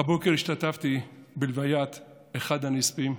השתתפתי בלוויית אחד הנספים,